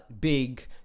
big